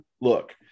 look